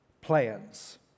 plans